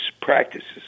practices